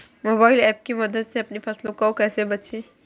Mobile app की मदद से अपनी फसलों को कैसे बेचें?